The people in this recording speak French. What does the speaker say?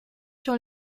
sur